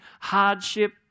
hardship